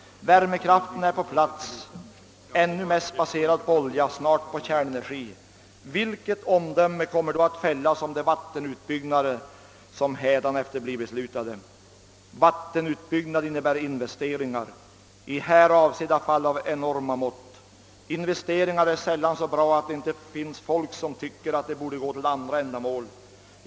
Värmekraften är på plats, ännu mest baserad på olja, snart på kärnenergi. Vilket omdöme kommer då att fällas om de vattenutbyggnader som hädanefter blir beslutade? Vattenutbyggnad innebär investeringar, i här avsedda fall av enorma mått. Investeringar är sällan så bra att det inte finns folk som tycker att de borde gå till andra ändamål.